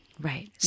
Right